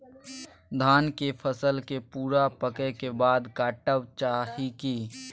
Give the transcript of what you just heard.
धान के फसल के पूरा पकै के बाद काटब चाही की?